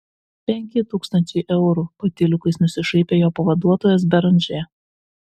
penki tūkstančiai eurų patyliukais nusišaipė jo pavaduotojas beranžė